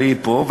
והיא פה,